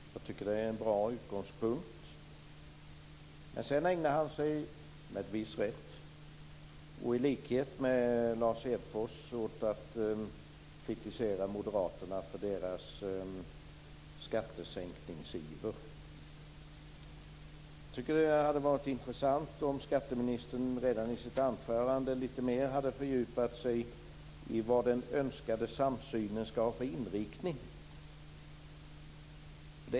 Det är en bra utgångspunkt. Sedan ägnar han sig, med viss rätt, i likhet med Lars Hedfors, åt att kritisera Moderaterna för deras skattesänkningsiver. Det hade varit intressant om skatteministern redan i sitt anförande hade fördjupat sig i vad den önskade samsynen skall ha för inriktning.